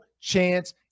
chance